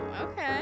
Okay